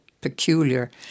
peculiar